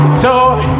toy